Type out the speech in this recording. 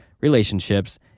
relationships